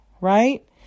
Right